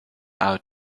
out